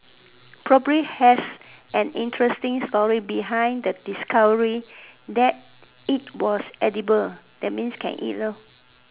probably has an interesting story behind the discovery that is was edible that means can eat lor